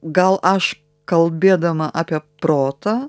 gal aš kalbėdama apie protą